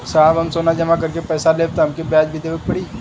साहब हम सोना जमा करके पैसा लेब त हमके ब्याज भी देवे के पड़ी?